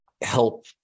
help